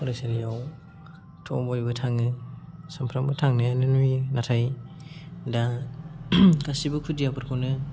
फरायसालिआवथ' बयबो थाङो सामफ्रामबो थांनायानो नुयो नाथाय दा गासिबो खुदियाफोरखौनो